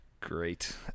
great